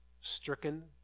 stricken